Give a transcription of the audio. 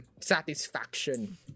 satisfaction